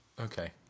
Okay